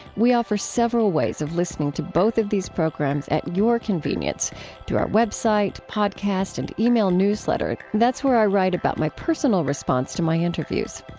we offer several ways of listening to both of these programs at your convenience through our web site, podcast, and yeah e-mail newsletter. that's where i write about my personal response to my interviews.